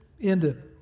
ended